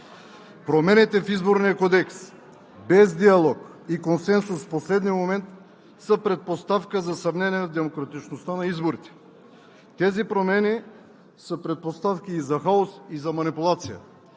Промените в Изборния кодекс без диалог и консенсус в последния момент са предпоставка за съмнение в демократичността на изборите. Тези промени са предпоставки за хаос и за манипулация.